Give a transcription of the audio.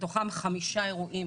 מתוכם חמישה אירועים